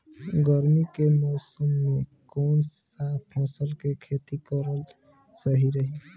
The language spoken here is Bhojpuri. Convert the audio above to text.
गर्मी के मौषम मे कौन सा फसल के खेती करल सही रही?